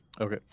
Okay